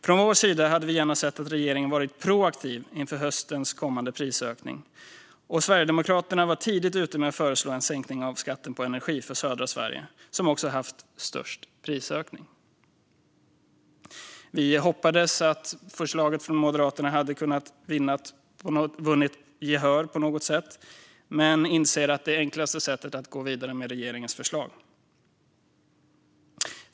Från vår sida hade vi gärna sett att regeringen varit proaktiv inför höstens kommande prisökning. Sverigedemokraterna var tidigt ute med att föreslå en sänkning av skatten på energi för södra Sverige, som haft störst prisökning. Vi hade hoppats att förslaget från Moderaterna skulle vinna gehör på något sätt men inser att det enklaste sättet är att gå vidare med regeringens förslag.